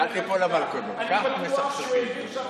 אני בטוח שהוא העביר שם,